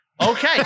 Okay